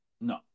No